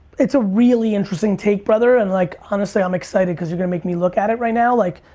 it's a really interesting take, brother, and like, honestly i'm excited cause you're gonna make me look at it right now, like,